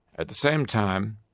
at the same time,